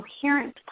coherent